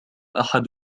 أحد